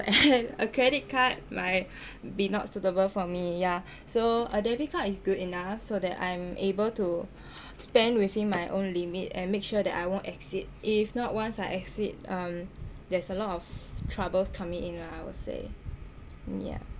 a credit card might be not suitable for me yah so a debit card is good enough so that I'm able to spend within my own limit and make sure that I won't exceed if not once I exceed um there's a lot of trouble coming in lah I would say yah